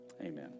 Amen